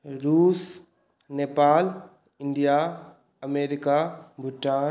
Russia Nepal India America Bhutan